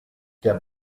der